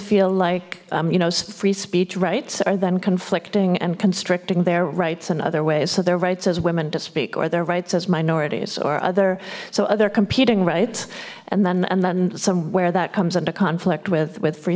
feel like you know free speech rights are then conflicting and constricting their rights in other ways so their rights as women to speak or their rights as minorities or other so other competing rights and then and then somewhere that comes into conflict with with free